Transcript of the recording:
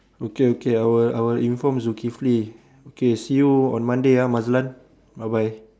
okay okay I will I will inform Zukifli okay see you on Monday ah Mazlan bye bye